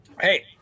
hey